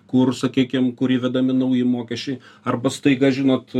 kur sakykim kur įvedami nauji mokesčiai arba staiga žinot